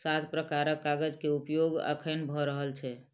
सात प्रकारक कागज के उपयोग अखैन भ रहल छै